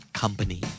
company